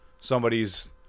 Somebody's